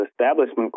Establishment